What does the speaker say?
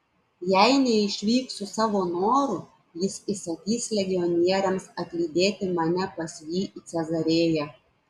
jei neišvyksiu savo noru jis įsakys legionieriams atlydėti mane pas jį į cezarėją